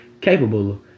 capable